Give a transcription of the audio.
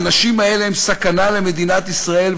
האנשים האלה הם סכנה למדינת ישראל,